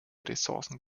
ressourcen